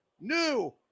new